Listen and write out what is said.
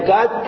God